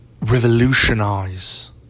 revolutionize